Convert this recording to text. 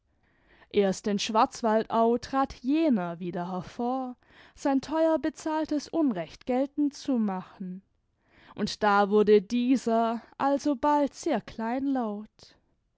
erst in schwarzwaldau trat jener wieder hervor sein theuer bezahltes unrecht geltend zu machen und da wurde dieser alsobald sehr kleinlaut